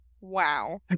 wow